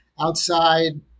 outside